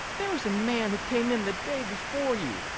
there was a man who came in the day before you,